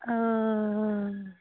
ᱚᱻ